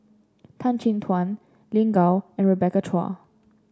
Tan Chin Tuan Lin Gao and Rebecca Chua